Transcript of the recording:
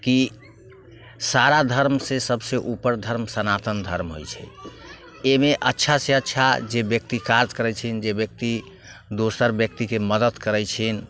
की सारा धर्मसँ सबसँ उपर धर्म सनातन धर्म होइ छै एहिमे अच्छासँ अच्छा जे व्यक्ति काज करै छै जे व्यक्ति दोसर व्यक्तिके मदद करै छनि